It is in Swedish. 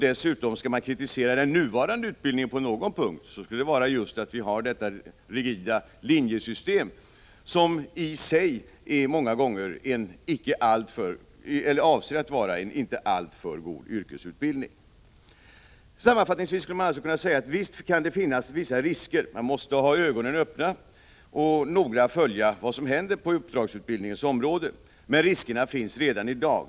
Dessutom: skall man kritisera den nuvarande utbildningen på någon punkt så skulle det vara just för att vi har detta rigida linjesystem, som i sig är avsett att vara en många gånger icke alltför god yrkesutbildning. Sammanfattningsvis skulle man alltså kunna säga: Visst kan det finnas vissa risker. Man måste ha ögonen öppna och noga följa vad som händer på uppdragsutbildningens område, men riskerna finns redan i dag.